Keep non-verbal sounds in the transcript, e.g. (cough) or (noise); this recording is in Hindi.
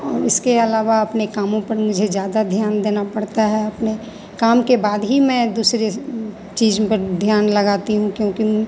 और उसके अलावा अपने कामों पर मुझे ज़्यादा ध्यान देना पड़ता है अपने काम के बाद ही मैं दूसरे चीज़ों पर ध्यान लगाती हूँ क्योंकि (unintelligible)